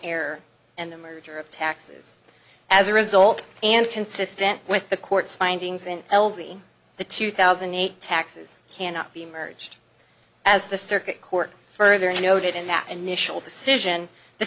air and the merger of taxes as a result and consistent with the court's findings in l v the two thousand and eight taxes cannot be merged as the circuit court further noted in that initial decision the